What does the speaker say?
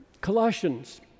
Colossians